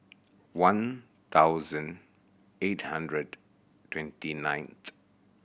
one thousand eight hundred twenty ninth